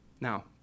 Now